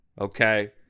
Okay